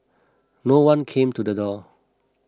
no one came to the door